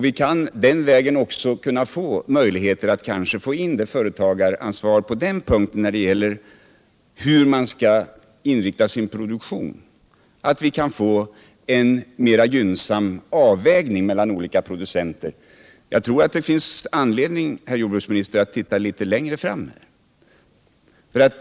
Vi kan den vägen kanske också få in ett sådant företagaransvar när det gäller hur man skall inrikta sin produktion att vi kan få en mera gynnsam avvägning mellan olika produktionsgrenar. Jag tror det finns anledning, herr jordbruksminister, att se litet längre framåt.